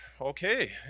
okay